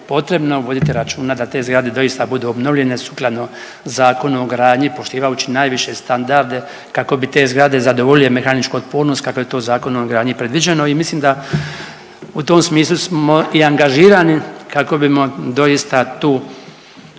potrebno voditi računa da te zgrade doista budu obnovljene sukladno Zakona o gradnji poštivajući najviše standarde kako bi te zgrade zadovoljile mehaničku otpornost kako je to Zakonom o gradnji predviđeno i mislim da u tom smislu smo i angažirani kako bimo doista tu